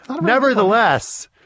Nevertheless